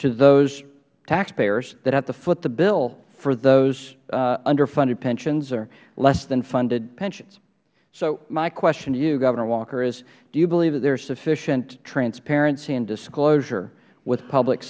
to those taxpayers that have to foot the bill for those underfunded pensions or less than funded pensions so my question to you governor walker is do you believe that there is sufficient transparency and disclosure with public